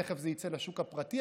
תכף זה יצא לשוק הפרטי,